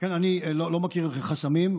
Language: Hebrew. אני לא מכיר חסמים.